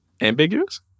Ambiguous